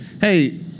Hey